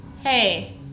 hey